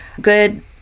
good